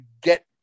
get